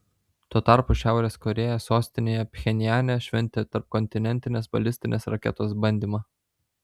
tuo tarpu šiaurės korėja sostinėje pchenjane šventė tarpkontinentinės balistinės raketos bandymą